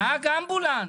נהג אמבולנס.